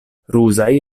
ruzaj